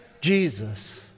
Jesus